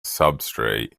substrate